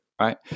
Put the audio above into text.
right